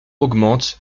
augmente